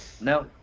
No